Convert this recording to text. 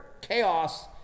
chaos